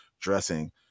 dressing